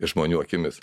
žmonių akimis